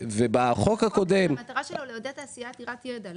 ובחוק הקודם -- החוק הזה המטרה שלו לעודד תעשייה עתירת ידע,